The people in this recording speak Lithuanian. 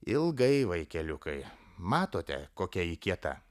ilgai vaikeliukai matote kokia ji kieta